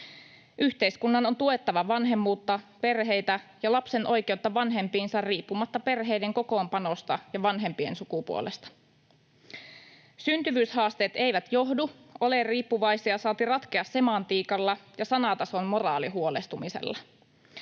Yhteiskunnan on tuettava vanhemmuutta, perheitä ja lapsen oikeutta vanhempiinsa riippumatta perheiden kokoonpanosta ja vanhempien sukupuolesta. Syntyvyyshaasteet eivät johdu, ole riippuvaisia, saati ratkea semantiikalla ja sanatason moraalihuolestumisella.